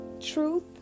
Truth